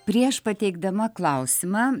prieš pateikdama klausimą